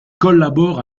collabore